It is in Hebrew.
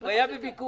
זה לא התבצע.